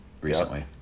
recently